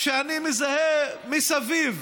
שאני מזהה מסביב.